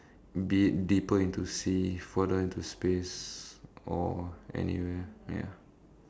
be it deeper into sea further into space or anywhere ya